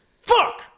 Fuck